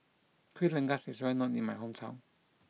Kuih Rengas is well known in my hometown